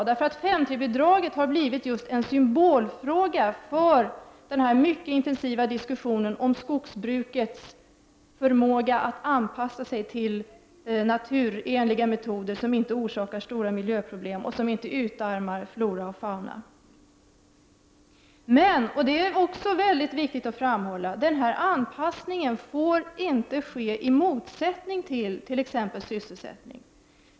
5 § 3 bidraget har blivit en symbolfråga för den mycket intensiva diskussionen om skogsbrukets förmåga att anpassa sig till naturenliga metoder som inte orsakar stora problem och som inte utarmar flora och fauna. Men det är också mycket viktigt att framhålla att denna anpassning inte får ske i motsättning till exempelvis sysselsättningen.